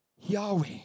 Yahweh